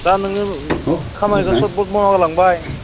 दा नोङो खामानिखो सथ बथ मावना गालांबाय